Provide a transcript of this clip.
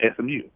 SMU